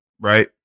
right